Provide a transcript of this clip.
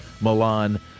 Milan